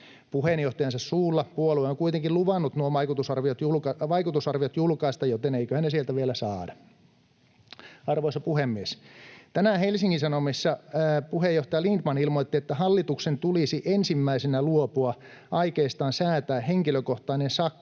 Puheenjohtajansa suulla puolue on kuitenkin luvannut nuo vaikutusarviot julkaista, joten eiköhän ne sieltä vielä saada. Arvoisa puhemies! Tänään Helsingin Sanomissa puheenjohtaja Lindtman ilmoitti, että hallituksen tulisi ensimmäisenä luopua aikeistaan säätää henkilökohtainen sakko